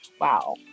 Wow